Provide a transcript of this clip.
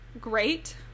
Great